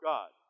God